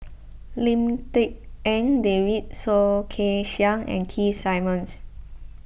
Lim Tik En David Soh Kay Siang and Keith Simmons